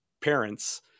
parents